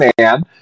man